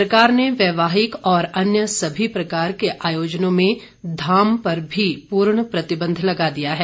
सरकार ने वैवाहिक और अन्य सभी प्रकार के आयोजनों में धाम पर भी पूर्ण प्रतिबंध लगा दिया है